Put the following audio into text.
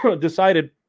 decided